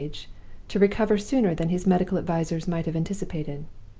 to recover sooner than his medical advisers might have anticipated.